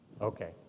Okay